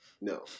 No